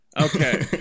okay